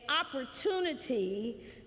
opportunity